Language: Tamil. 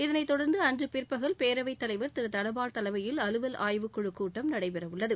இதனைத்தொடர்ந்து அன்று பிற்பகல் பேரவைத் தலைவர் திரு தனபால் தலைமையில் அலுவல் ஆய்வுக்குழு கூட்டம் நடைபெறவுள்ளது